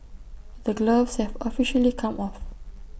the gloves have officially come off